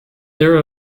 there